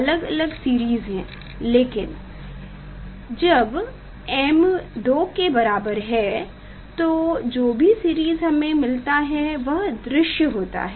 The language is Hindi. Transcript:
अलग अलग सिरीज़ हैं लेकिन यह m जब 2 के बराबर है तो जो भी सिरीज़ हमे मिलता है वो दृश्य होता है